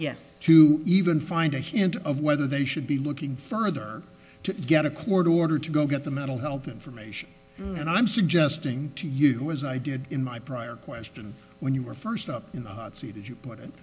yes to even find a hint of whether they should be looking further to get a court order to go get the mental health information and i'm suggesting to you who as i did in my prior question when you were first up in the hot seat as you put it